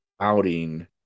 outing